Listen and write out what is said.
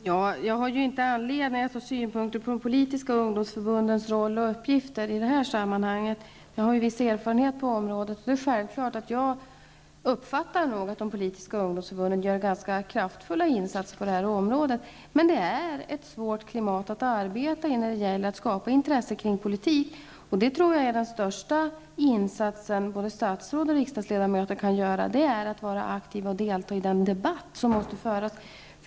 Herr talman! Jag har inte anledning att ha synpunkter på de politiska ungdomsförbundens roll och uppgifter i det här sammanhanget. Jag har viss erfarenhet på området, och det är självklart att jag uppfattar att ungdomsförbunden gör ganska kraftfulla insatser. Men det är ett svårt klimat att arbeta i när det gäller att skapa intresse kring politik. Den största insats som både statsråd och riksdagsledamöter kan göra är att vara aktiva och delta i den debatt som måste föras.